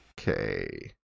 Okay